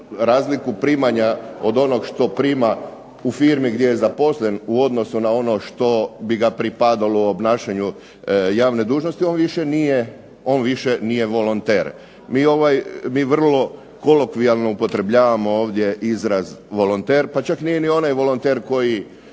razliku primanja od onog što prima u firmi gdje je zaposlen, u odnosno na ono što bi ga pripadalo u obnašanju javne dužnosti, on više nije volonter. Mi vrlo kolokvijalno upotrebljavamo ovdje izraz volonter, pa čak nije ni onaj volonter koji